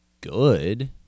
good